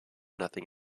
nothing